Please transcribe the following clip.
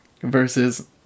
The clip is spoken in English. versus